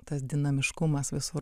tas dinamiškumas visur